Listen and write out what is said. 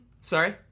Sorry